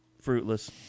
fruitless